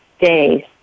days